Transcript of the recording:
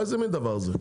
איזה מן דבר זה?